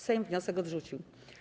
Sejm wniosek odrzucił.